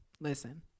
listen